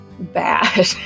Bad